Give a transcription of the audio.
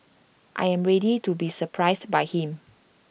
I am ready to be surprised by him